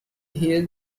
hear